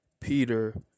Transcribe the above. Peter